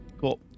Cool